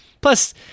Plus